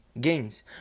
games